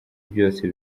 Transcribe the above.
byose